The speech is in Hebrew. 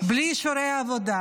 בלי אישורי עבודה,